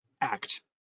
act